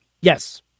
Yes